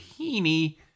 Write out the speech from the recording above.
heaney